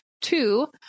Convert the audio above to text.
two